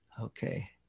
Okay